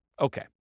Okay